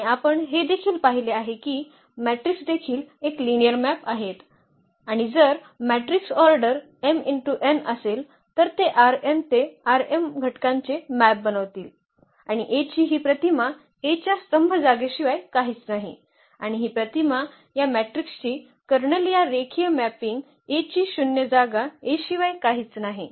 आणि आपण हे देखील पाहिले आहे की ही मॅट्रिक्स देखील एक लिनिअर मॅप आहेत आणि जर मॅट्रिक्स ऑर्डर m×n असेल तर ते ते घटकांचे मॅप बनवतील आणि A ची ही प्रतिमा A च्या स्तंभ जागेशिवाय काहीच नाही आणि ही प्रतिमा या मॅट्रिक्सची कर्नल या रेखीय मॅपिंग A ची शून्य जागा A शिवाय काही नाही